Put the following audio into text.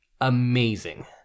amazing